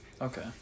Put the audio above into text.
okay